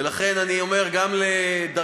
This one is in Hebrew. ולכן אני אומר גם ל"דרכנו"